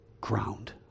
ground